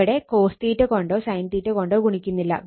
ഇവിടെ cos കൊണ്ടോ sin കൊണ്ടോ ഗുണിക്കുന്നില്ല